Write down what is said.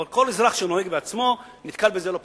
אבל כל אזרח שנוהג בעצמו נתקל בזה לא פעם.